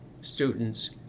students